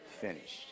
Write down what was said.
finished